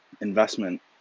investment